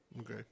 Okay